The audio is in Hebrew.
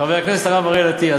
חבר הכנסת הרב אריאל אטיאס,